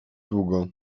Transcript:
długo